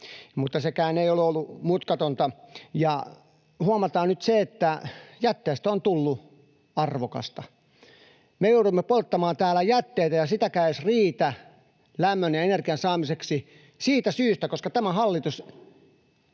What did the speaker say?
mutta sekään ei ole ollut mutkatonta. Nyt huomataan se, että jätteestä on tullut arvokasta. Me joudumme polttamaan täällä jätteitä, ja niitäkään ei edes riitä lämmön ja energian saamiseksi siitä syystä, koska tämä hallitus